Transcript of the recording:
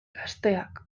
gazteak